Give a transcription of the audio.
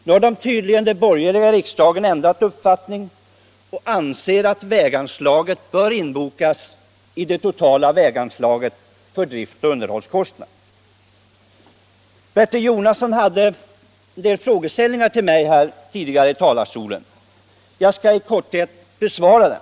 Nu har tydligen de borgerliga i riksdagen ändrat uppfattning och anser att väganslaget bör bakas in i det totala väganslaget för driftoch underhållskostnad. Bertil Jonasson ställde en del frågor till mig tidigare från talarstolen. Jag skall i korthet besvara dem.